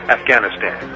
Afghanistan